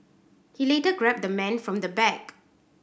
he later grabbed the man from the back